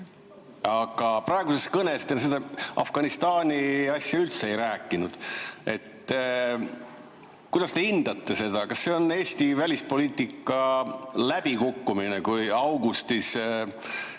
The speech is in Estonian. Aga praeguses kõnes te Afganistani asjadest üldse ei rääkinud. Kuidas te hindate seda? Kas see on Eesti välispoliitika läbikukkumine, kui augustis